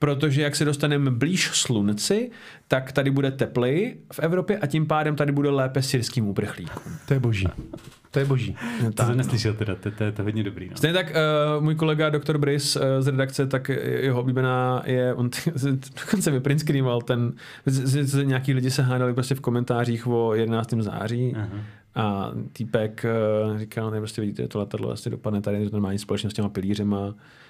protože jak se dostaneme blíž slunci, tak tady bude tepleji v Evropě a tím pádem tady bude lépe syrským uprchlíkům. To je boží. To je boží. Je To jsem tak, no. neslyšel teda, to- to je- to je hodně dobrý, no. Stejně tak, eh, můj kolega Dr. Brys, eh, z redakce, tak jeho oblíbená je- on t- dokonce mi print screenoval ten- z- z- z- nějaký lidi se hádali prostě v komentářích o 11. září. Aha. A týpek, eh, říkal, ne, prostě vidíte, to letadlo asi dopadne tady normální společnost s těma pilířema.